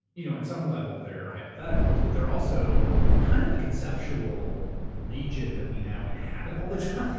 you know and some level they're hypotheticals, but they're also kind of the conceptual region that we now inhabit all the time.